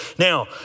Now